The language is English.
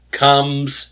comes